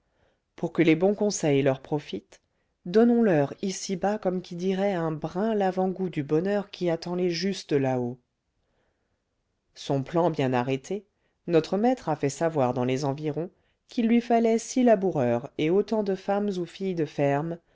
pour que les bons conseils leur profitent donnons-leur ici-bas comme qui dirait un brin lavant goût du bonheur qui attend les justes là-haut son plan bien arrêté notre maître a fait savoir dans les environs qu'il lui fallait six laboureurs et autant de femmes ou filles de ferme